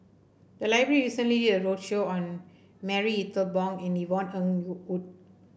the library recently did a roadshow on Marie Ethel Bong and Yvonne Ng Road Uhde